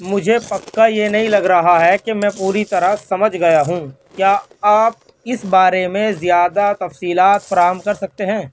مجھے پکا یہ نہیں لگ رہا کہ میں پوری طرح سمجھ گیا ہوں کیا آپ اس بارے میں زیادہ تفصیلات فراہم کر سکتے ہیں